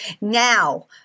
Now